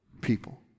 people